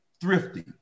thrifty